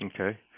Okay